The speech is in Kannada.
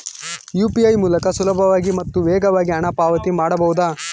ಯು.ಪಿ.ಐ ಮೂಲಕ ಸುಲಭವಾಗಿ ಮತ್ತು ವೇಗವಾಗಿ ಹಣ ಪಾವತಿ ಮಾಡಬಹುದಾ?